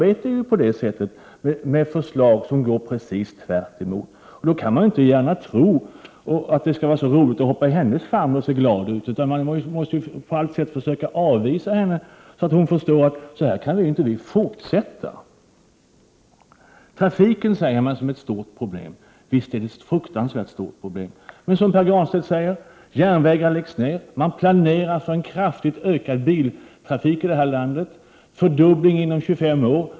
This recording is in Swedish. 1988/89:59 arbetar ju med förslag som går precis tvärtemot, och då är det ju inte så roligt 1 februari 1989 att hoppa i hennes famn och se glad ut. Man måste på allt sätt försöka avvisa henne, så att hon förstår att vi inte kan fortsätta på detta sätt. Trafiken sägs vara ett stort problem, och visst är trafiken ett fruktansvärt stort problem. Men som Pär Granstedt säger: Järnvägar läggs ned, man planerar för en kraftig ökning av biltrafiken här i landet, en fördubbling inom 25 år.